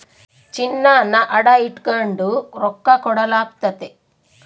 ಚಿನ್ನಾನ ಅಡ ಇಟಗಂಡು ರೊಕ್ಕ ಕೊಡಲಾಗ್ತತೆ